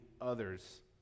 others